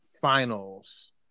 Finals